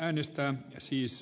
ahteen esitystä